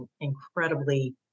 incredibly